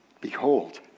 Behold